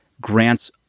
grants